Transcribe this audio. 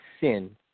sin